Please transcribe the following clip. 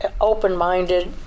open-minded